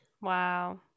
Wow